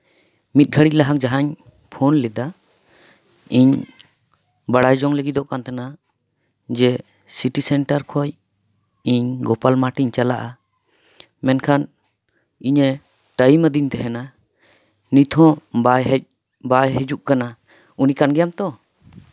ᱢᱤᱫ ᱜᱷᱟᱹᱲᱤᱡ ᱞᱟᱦᱟ ᱡᱟᱦᱟᱧ ᱯᱷᱳᱱ ᱞᱮᱫᱟ ᱤᱧ ᱵᱟᱲᱟᱭ ᱡᱚᱝ ᱞᱟᱹᱜᱤᱫᱚᱜ ᱠᱟᱱ ᱛᱟᱦᱮᱱᱟ ᱡᱮ ᱥᱤᱴᱤ ᱥᱮᱱᱴᱟᱨ ᱠᱷᱚᱱ ᱤᱧ ᱜᱳᱯᱟᱞᱢᱟᱴᱷ ᱤᱧ ᱪᱟᱞᱟᱜᱼᱟ ᱢᱮᱱᱠᱷᱟᱱ ᱤᱧᱮ ᱴᱟᱭᱤᱢ ᱟᱹᱫᱤᱧ ᱛᱟᱦᱮᱱᱟ ᱱᱤᱛ ᱦᱚᱸ ᱵᱟᱭ ᱦᱮᱡ ᱵᱟᱭ ᱦᱤᱡᱩᱜ ᱠᱟᱱᱟ ᱩᱱᱤ ᱠᱟᱱ ᱜᱮᱭᱟᱢ ᱛᱚ